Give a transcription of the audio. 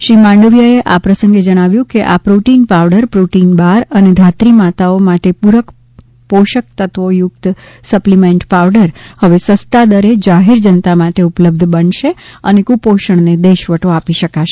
શ્રી માંડવિયા એ આ પ્રસંગે જણાવ્યુ છે કે આ પ્રોટીન પાવડર પ્રોટીનબાર અને ધાત્રીમાતાઓ માટે પૂરક પોષક તત્વો યુક્ત સપ્લિમેન્ટ પાવડર હવે સસ્તા દરે જાહેરજનતા માટે ઉપલબ્ધબનશે અને કુપોષણને દેશવટો આપી શકાશે